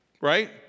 Right